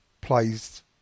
plays